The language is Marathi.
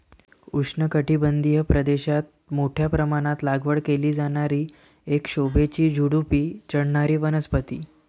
उष्णकटिबंधीय प्रदेशात मोठ्या प्रमाणात लागवड केली जाणारी एक शोभेची झुडुपी चढणारी वनस्पती